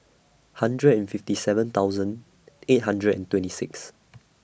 hundred and fifty seven thousand eight hundred and twenty six